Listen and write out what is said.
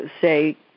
say